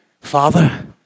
Father